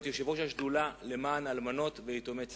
יושב-ראש השדולה למען אלמנות ויתומי צה"ל.